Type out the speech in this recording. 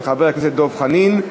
של חבר הכנסת דב חנין,